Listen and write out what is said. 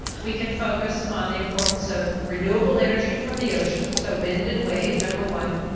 we can focus on the importance of renewable energy from the oceans, so wind and wave, number one.